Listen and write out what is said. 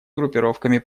группировками